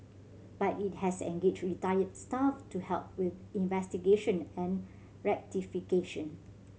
but it has engaged retired staff to help with investigation and rectification